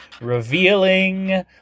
revealing